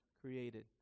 created